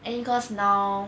I think cause now